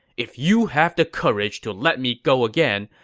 if you have the courage to let me go again,